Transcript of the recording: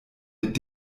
mit